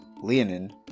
Leonin